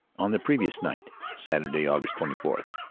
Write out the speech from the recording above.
on the previous night, saturday, aug. twenty four,